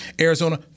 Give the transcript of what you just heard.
Arizona